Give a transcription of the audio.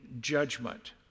judgment